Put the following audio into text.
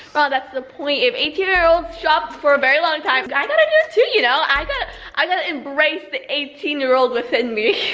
well that's the point, if eighteen year olds shop for a very long time, i gotta do that too you know. i gotta i gotta embrace the eighteen year old within me.